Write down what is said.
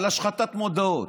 על השחתת מודעות.